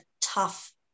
tough